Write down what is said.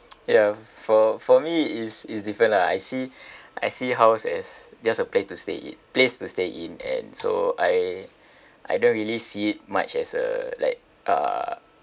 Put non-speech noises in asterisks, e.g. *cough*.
ya for for me is is different lah I see *breath* I see house as just a pla~ to stay in place to stay in and so I I don't really see it much as a like uh